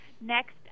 Next